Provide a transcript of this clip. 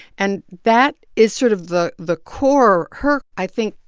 and that is sort of the the core her, i think,